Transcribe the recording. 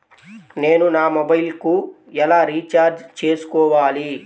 నేను నా మొబైల్కు ఎలా రీఛార్జ్ చేసుకోవాలి?